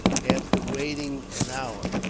after waiting an hour,